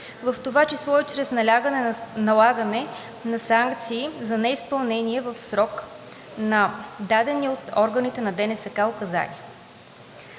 в това число и чрез налагане на санкции за неизпълнение в срок на дадени от органите на ДНСК указания.